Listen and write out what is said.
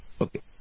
Okay